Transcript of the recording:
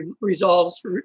resolves